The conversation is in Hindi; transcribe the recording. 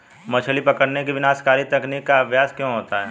मछली पकड़ने की विनाशकारी तकनीक का अभ्यास क्यों होता है?